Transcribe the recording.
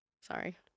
Sorry